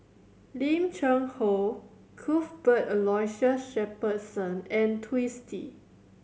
Lim Cheng Hoe Cuthbert Aloysius Shepherdson and Twisstii